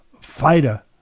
fighter